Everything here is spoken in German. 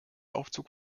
aufzug